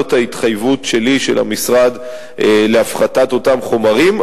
זאת ההתחייבות שלי, של המשרד, להפחתת אותם חומרים.